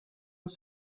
was